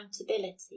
accountability